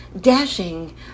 dashing